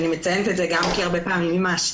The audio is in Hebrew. אני מציינת את זה גם כי הרבה פעמים מאשימים